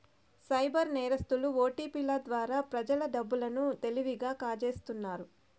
cyber నేరస్తులు ఓటిపిల ద్వారా ప్రజల డబ్బు లను తెలివిగా కాజేస్తున్నారు